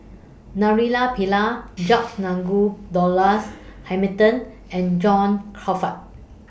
Naraina Pillai George Nigel Douglas Hamilton and John Crawfurd